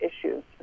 issues